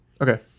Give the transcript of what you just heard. Okay